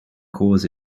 cause